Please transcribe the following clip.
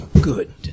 Good